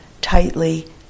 tightly